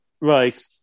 Right